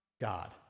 God